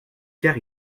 car